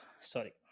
sorry